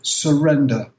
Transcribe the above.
surrender